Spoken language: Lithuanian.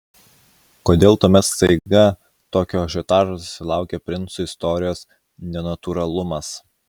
kodėl tuomet staiga tokio ažiotažo susilaukė princų istorijos nenatūralumas